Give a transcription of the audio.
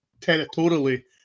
territorially